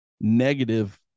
negative